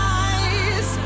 eyes